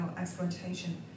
exploitation